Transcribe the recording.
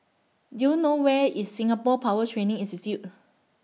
Do YOU know Where IS Singapore Power Training Institute